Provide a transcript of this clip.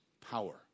power